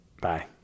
Bye